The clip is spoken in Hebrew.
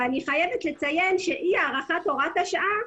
אני חייבת לציין שאי הארכת הוראת השעה,